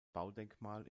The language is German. baudenkmal